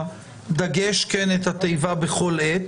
פה התיבה: בכל עת.